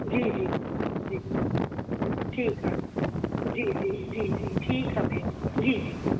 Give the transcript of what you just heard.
जी जी जी ठीकु आहे जी जी जी ठीकु आहे भेण जी जी